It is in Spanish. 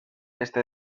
este